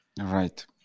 right